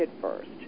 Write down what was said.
first